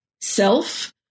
self